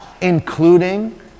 including